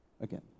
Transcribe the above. again